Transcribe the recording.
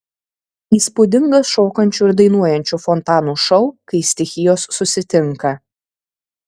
įspūdingas šokančių ir dainuojančių fontanų šou kai stichijos susitinka